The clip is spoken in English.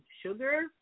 sugar